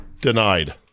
Denied